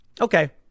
Okay